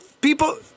People